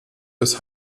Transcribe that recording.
des